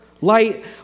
Light